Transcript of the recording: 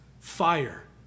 fire